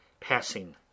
PASSING